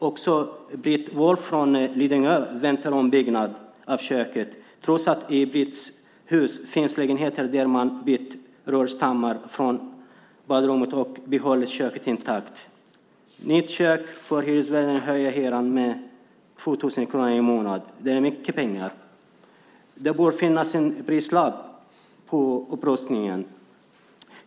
Också Britt Wolf från Lidingö väntar på en ombyggnad av köket, trots att det i Britts hus finns lägenheter där man har bytt rörstammar från badrummet och behållit köket intakt. Nytt kök får hyresvärden att höja hyran med 2 000 kronor i månaden. Det är mycket pengar. Det borde finnas en prislapp på upprustningen.